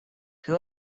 who